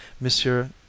Monsieur